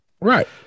right